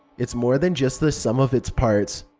it's more than just the sum of its parts.